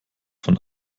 von